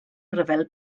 ryfel